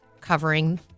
covering